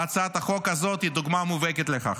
והצעת החוק הזאת היא דוגמה מובהקת לכך.